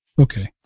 Okay